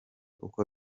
uko